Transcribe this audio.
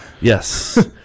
Yes